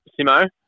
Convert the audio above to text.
Simo